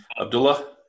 Abdullah